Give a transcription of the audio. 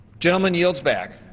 gentleman yields back